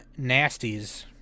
Nasties